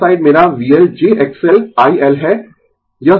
यह साइड मेरा VLj XLI L है